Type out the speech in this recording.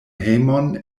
hejmon